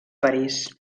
parís